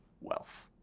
wealth